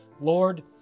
Lord